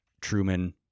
truman